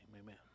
amen